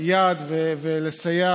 יד ולסייע